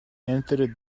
entered